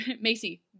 Macy